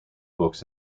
books